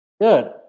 Good